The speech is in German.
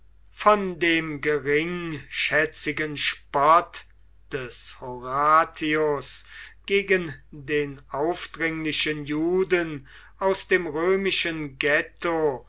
von dem geringschätzigen spott des horatius gegen den aufdringlichen juden aus dem römischen ghetto